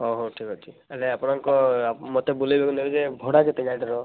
ହ ହଉ ଠିକ୍ ଅଛି ଆରେ ଆପଣଙ୍କ ମୋତେ ବୁଲେଇବାକୁ ନେବେ ଯେ ଭଡ଼ା କେତେ ଗାଡ଼ିର